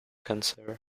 cancer